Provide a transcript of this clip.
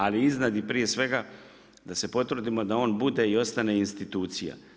Ali iznad i prije svega da se potrudimo da on bude i ostane institucija.